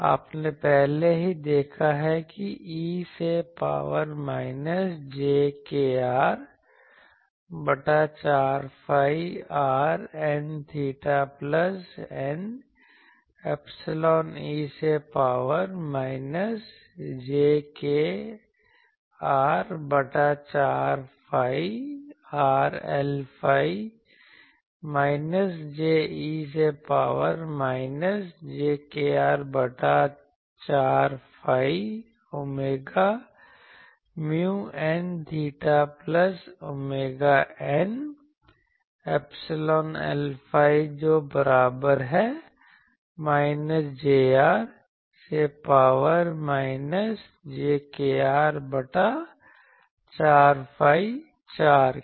आपने पहले ही देखा है कि e से पावर माइनस j kr बटा 4 phi r N𝚹 plus η epsilon e से पावर माइनस j kr बटा 4 phi r Lϕ minus j e से पॉवर माइनस j kr बटा 4 phi r omega mu N𝚹 plus omega η epsilon Lϕ जो बराबर है minus j r से power minus j kr बटा 4 phi r के